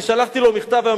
אני שלחתי לו מכתב היום,